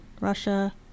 russia